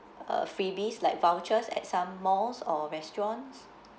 uh freebies like vouchers at some malls or restaurants